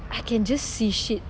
I can just see shit